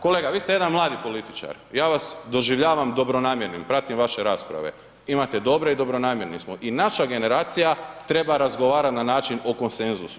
Kolega vi ste jedan mladi političar ja vas doživljavam dobronamjernim, pratim vaše rasprave, imate dobre i dobronamjerni smo i naša generacija treba razgovarati na način o konsenzusu.